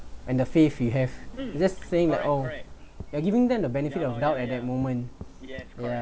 and the faith you have just saying that oh you're giving them the benefit of doubt at that moment ya